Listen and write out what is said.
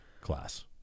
class